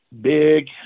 big